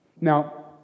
Now